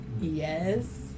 yes